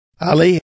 Ali